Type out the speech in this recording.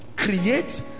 Create